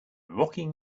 rocking